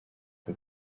aka